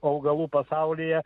augalų pasaulyje